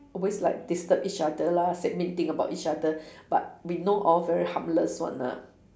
always like disturb each other lah say mean thing about each other but we know all very harmless one lah